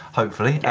hopefully.